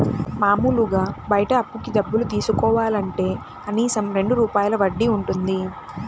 మాములుగా బయట అప్పుకి డబ్బులు తీసుకోవాలంటే కనీసం రెండు రూపాయల వడ్డీ వుంటది